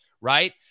right